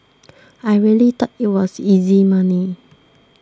I really thought it was easy money